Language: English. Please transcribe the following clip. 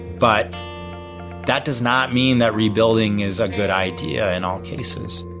but that does not mean that rebuilding is a good idea in all cases